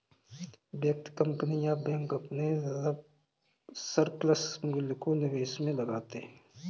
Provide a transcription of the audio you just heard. व्यक्ति, कंपनी या बैंक अपने सरप्लस मूल्य को निवेश में लगाते हैं